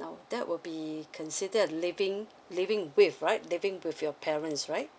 now that would be considered living living with right living with your parents right